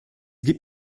gibt